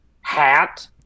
hat